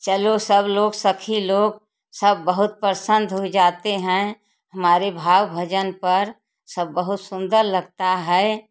चलो सब लोग सखी लोग सब बहुत प्रसन्न हो जाते हैं हमारे भाव भजन पर सब बहुत सुन्दर लगती है